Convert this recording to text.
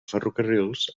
ferrocarrils